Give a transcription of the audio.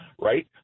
right